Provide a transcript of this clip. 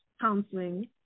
counseling